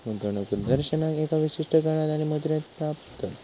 गुंतवणूक प्रदर्शनाक एका विशिष्ट काळात आणि मुद्रेत मापतत